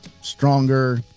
stronger